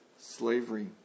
slavery